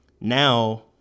now